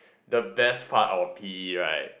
the best part of P_E right